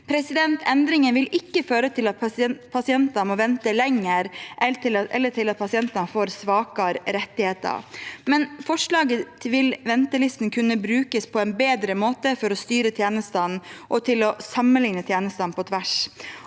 Endringene vil ikke føre til at pasienter må vente lenger, eller til at pasientene får svakere rettigheter, men ventelistene vil kunne brukes på en bedre måte for å styre tjenestene og til å sammenligne tjenestene på tvers.